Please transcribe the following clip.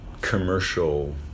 commercial